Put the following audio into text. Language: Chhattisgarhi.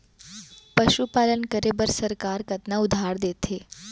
पशुपालन करे बर सरकार कतना उधार देथे?